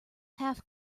half